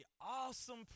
awesome